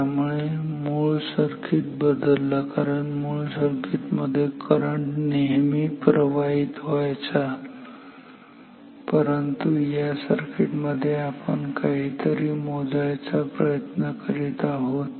त्यामुळे मूळ सर्किट बदललं कारण मूळ सर्किट मध्ये करंट नेहमी प्रवाहित व्हायचा परंतु या सर्किट मध्ये आपण काहीतरी मोजायचा प्रयत्न करत आहोत